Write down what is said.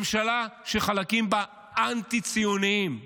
ממשלה שחלקים בה אנטי-ציוניים בבסיס,